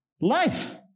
life